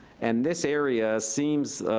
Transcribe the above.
and this area seems